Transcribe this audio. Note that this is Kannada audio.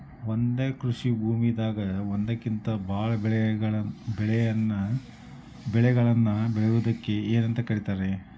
ಒಂದೇ ಕೃಷಿ ಭೂಮಿದಾಗ ಒಂದಕ್ಕಿಂತ ಭಾಳ ಬೆಳೆಗಳನ್ನ ಬೆಳೆಯುವುದಕ್ಕ ಏನಂತ ಕರಿತಾರೇ?